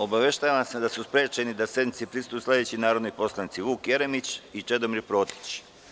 Obaveštavam vas da su sprečeni da sednici prisustvuju sledeći narodni poslanici: Vuk Jeremić i Čedomir Protić.